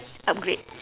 upgrade